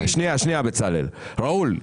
ראול,